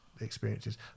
experiences